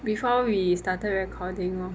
before we started recording lor